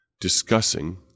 discussing